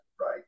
Right